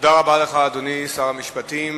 תודה רבה לך, אדוני שר המשפטים.